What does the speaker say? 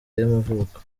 y’amavuko